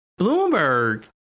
Bloomberg